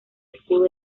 escudo